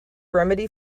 remedy